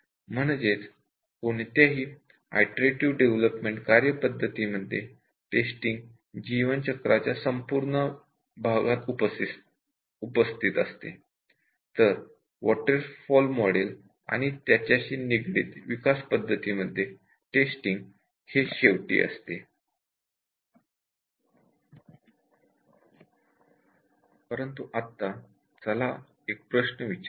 कोणत्याही iterative development methodology मध्ये testing life cycle च्या संपूर्ण भागात तर वॉटर फॉल मॉडेल आणि त्याच्याशी निगडीत डेव्हलपमेंट प्रोसेस मध्ये ते शेवटी उपस्थित असते